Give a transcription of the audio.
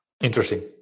Interesting